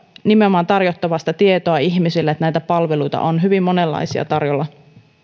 nimenomaan tarjottava ihmisille sitä tietoa että näitä palveluita on hyvin monenlaisia tarjolla